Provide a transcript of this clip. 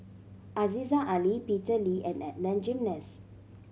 Aziza Ali Peter Lee and Adan Jimenez